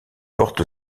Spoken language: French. porte